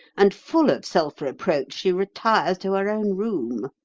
and full of self reproach she retires to her own room.